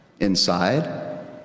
inside